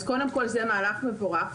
אז קודם כל, זה מהלך מבורך.